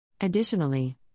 Additionally